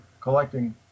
collecting